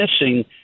missing